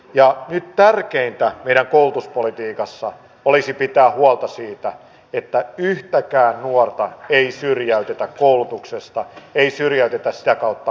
ja nyt tärkeintä meidän koulutuspolitiikassa olisi pitää huolta siitä että yhtäkään nuorta ei syrjäytetä koulutuksesta ei syrjäytetä sitä kautta työelämästä